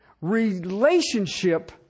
relationship